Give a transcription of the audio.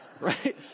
Right